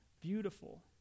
beautiful